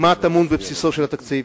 מה טמון בבסיס התקציב,